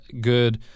good